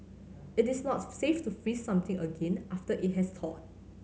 it is not safe to freeze something again after it has thawed